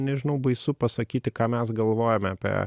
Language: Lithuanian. nežinau baisu pasakyti ką mes galvojame apie